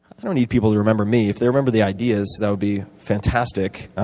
i don't need people to remember me. if they remember the ideas, that would be fantastic.